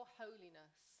holiness